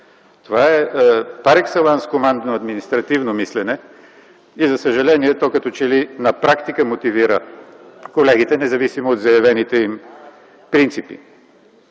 Това е пар екселанс в командното административно мислене и за съжаление като че ли то на практика мотивира колегите, независимо от заявените принципи.